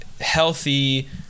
healthy